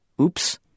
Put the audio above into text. Oops